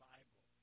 Bible